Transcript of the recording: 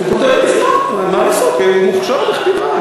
הוא כותב נפלא, מה לעשות, מוכשר בכתיבה.